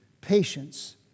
patience